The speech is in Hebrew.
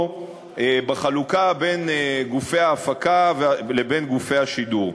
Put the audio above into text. בחלוקה בין גופי ההפקה לבין גופי השידור.